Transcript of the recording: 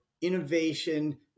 innovation